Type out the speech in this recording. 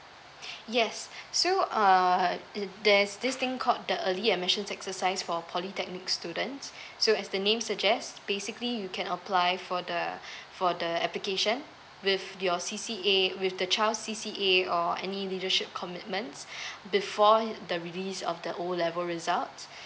yes so uh there's this thing called the early admission exercise for polytechnic students so as the name suggests basically you can apply for the for the application with your C_C_A with the child C_C_A or any leadership commitments before the release of the O level results